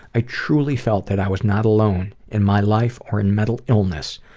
i truly felt that i was not alone in my life or in mental illness.